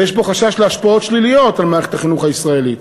ויש בו חשש להשפעות שליליות על מערכת החינוך הישראלית.